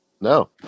No